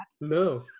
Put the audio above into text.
No